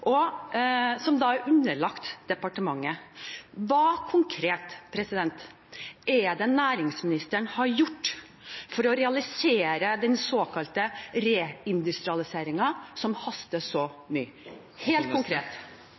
som da er underlagt departementet. Hva konkret – helt konkret – er det næringsministeren har gjort for å realisere den såkalte reindustrialiseringen, som haster så mye?